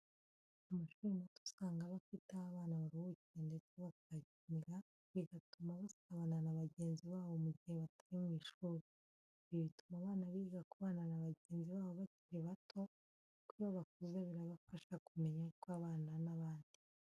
Amashuri mato usanga aba afite aho abana baruhukira ndetse bakahakinira, bigatuma basabana na bagenzi babo mu gihe batari mu ishuri. Ibi bituma abana biga kubana na bagenzi babo bakiri bato, kuko iyo bakuze birabafasha kumenya uko babana n'abandi.